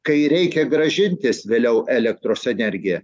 kai reikia grąžintis vėliau elektros energiją